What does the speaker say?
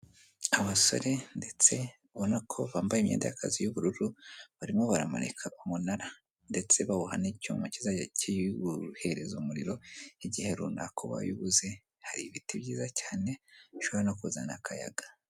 Abasore ndetse ubona ko bambaye imyenda y'akazi y'ubururu, barimo baramanika umunara ndetse bawuha n'icyuma kizajya kiboherereza umuriro igihe runaka wabuze, hari ibiti byiza cyane bishobora no kuzana akayaga.